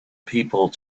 people